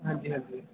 हां जी हां जी